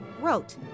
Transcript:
wrote